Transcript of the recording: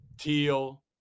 Teal